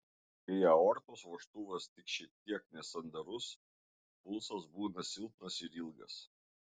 kai aortos vožtuvas tik šiek tiek nesandarus pulsas būna silpnas ir ilgas